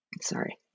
sorry